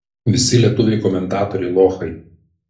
visi lietuviai komentatoriai lochai